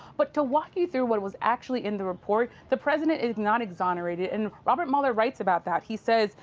but to walk you through what was actually in the report, the president is not exonerated. and robert mueller writes about that. he says,